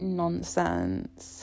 nonsense